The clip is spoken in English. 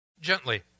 gently